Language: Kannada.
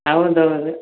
ಹೌದ್ ಹೌದು